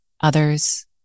others